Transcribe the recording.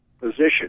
position